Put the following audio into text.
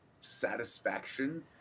satisfaction